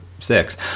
Six